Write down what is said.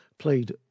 Played